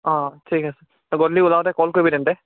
অঁ ঠিক আছে তই গধূলি ওলাওঁতে কল কৰিবি তেন্তে